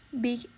big